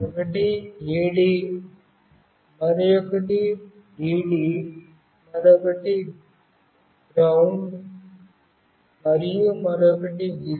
ఒకటి AD మరొకటి DD మరొకటి GND మరియు మరొకటి Vcc